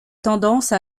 tendance